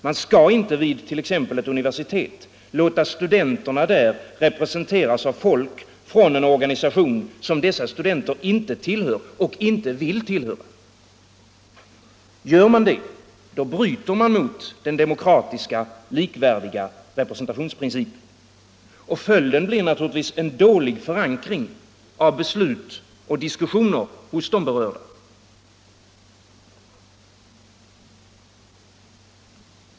Man skall inte vid t.ex. ett universitet låta studenterna där representeras av folk från en organisation som dessa studenter inte tillhör och inte vill tillhöra. Gör man det, bryter man mot principen om demokratisk, likvärdig representation. Följden blir naturligtvis en dålig förankring av beslut och diskussioner hos de berörda.